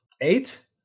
eight